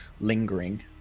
lingering